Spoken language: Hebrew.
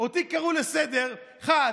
אותי קראו לסדר פעם,